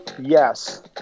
Yes